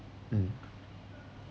mm